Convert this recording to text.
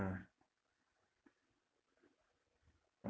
ya